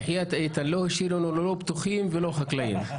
איתן, לא השאירו לנו לא פתוחים ולא חקלאיים.